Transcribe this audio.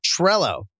Trello